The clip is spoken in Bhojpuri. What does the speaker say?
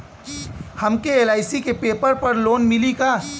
हमके एल.आई.सी के पेपर पर लोन मिली का?